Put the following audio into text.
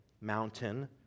mountain